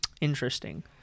Interesting